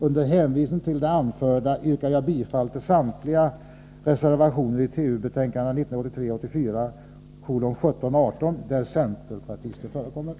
Under hänvisning till det anförda yrkar jag bifall till samtliga centerreservationer i trafikutskottets betänkanden 1983/84:17 och 18.